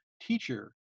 teacher